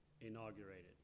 inaugurated